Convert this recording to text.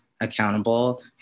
accountable